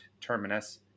terminus